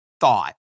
thought